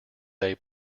day